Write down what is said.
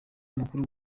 mukuru